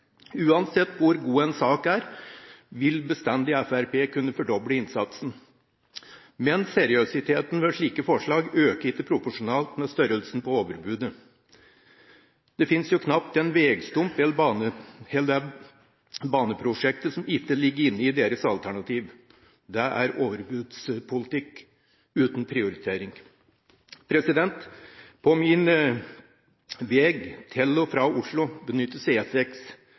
Uansett hvor god en sak er, vil Fremskrittspartiet bestandig kunne fordoble innsatsen. Men seriøsiteten ved slike forslag øker ikke proporsjonalt med størrelsen på overbudet. Det finnes jo knapt den veistump eller det baneprosjekt som ikke ligger inne i deres alternativ. Dette er overbudspolitikk uten prioritering. På min vei til og fra Oslo benyttes